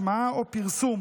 השמעה או פרסום